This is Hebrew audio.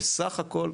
סך הכול,